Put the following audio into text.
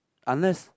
unless